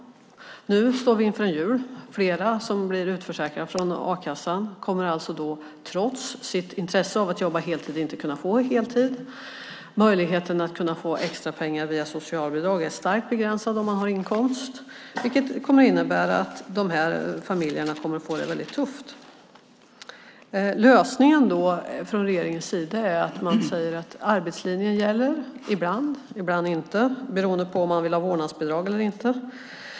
Nu står vi inför en jul. Flera som blir utförsäkrade från a-kassan kommer då, trots sitt intresse av att jobba heltid, inte att kunna få heltid. Möjligheten att få extrapengar via socialbidrag är starkt begränsad om man har inkomst, vilket kommer att innebära att dessa familjer får det tufft. Lösningen från regeringens sida är att man säger att arbetslinjen gäller - ibland, ibland inte, beroende på om man vill ha vårdnadsbidrag eller inte.